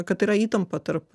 kad yra įtampa tarp